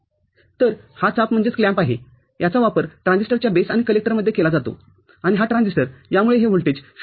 तरहा चापआहेयाचा वापर ट्रान्झिस्टरच्या बेस आणि कलेक्टरमध्ये केला जातो आणिहा ट्रान्झिस्टर यामुळे हे व्होल्टेज ०